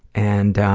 and